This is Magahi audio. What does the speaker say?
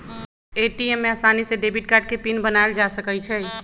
ए.टी.एम में आसानी से डेबिट कार्ड के पिन बनायल जा सकई छई